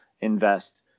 invest